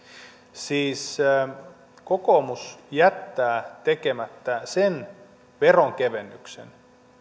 siis kokoomus jättää tekemättä sen veronkevennyksen